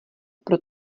pro